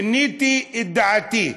שיניתי את דעתי.